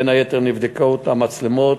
בין היתר נבדקות המצלמות,